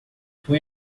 fui